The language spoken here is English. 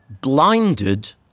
blinded